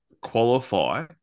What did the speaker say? qualify